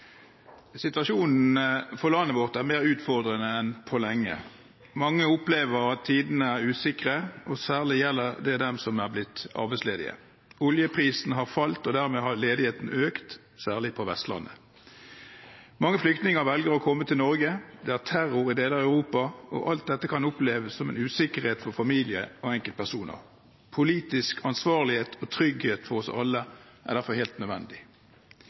Situasjonen for landet vårt er mer utfordrende enn på lenge. Mange opplever at tidene er usikre, og særlig gjelder det dem som er blitt arbeidsledige. Oljeprisen har falt, og dermed har ledigheten økt, særlig på Vestlandet. Mange flyktninger velger å komme til Norge. Det er terror i deler av Europa. Alt dette kan oppleves som en usikkerhet for familier og enkeltpersoner. Politisk ansvarlighet og trygghet for oss alle er derfor helt nødvendig.